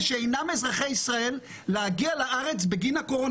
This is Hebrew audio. שאינם אזרחי ישראל להגיע לארץ בגין הקורונה.